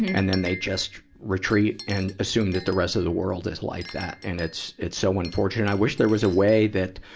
and then they just retreat and assume that the rest of the world is like that. and it's, it's so unfortunate. i wish there was a way that,